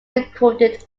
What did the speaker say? recorded